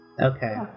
Okay